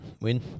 win